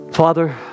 Father